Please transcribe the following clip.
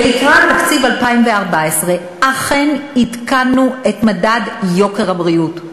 ביתרת תקציב 2014 אכן עדכנו את מדד יוקר הבריאות,